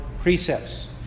precepts